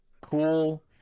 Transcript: cool